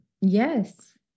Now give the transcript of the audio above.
Yes